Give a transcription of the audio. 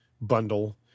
bundle